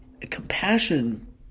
compassion